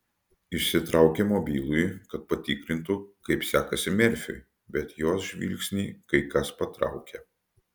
išsitraukė mobilųjį kad patikrintų kaip sekasi merfiui bet jos žvilgsnį kai kas patraukė